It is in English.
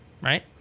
right